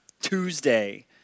Tuesday